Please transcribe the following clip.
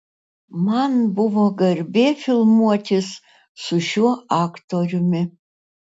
man buvo garbė filmuotis su šiuo aktoriumi